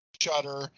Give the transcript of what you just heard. Shutter